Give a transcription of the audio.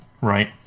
right